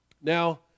Now